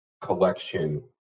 collection